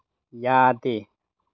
ꯌꯥꯗꯦ